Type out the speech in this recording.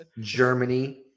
Germany